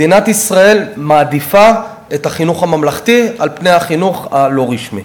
מדינת ישראל מעדיפה את החינוך הממלכתי על החינוך הלא-רשמי.